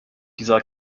dieser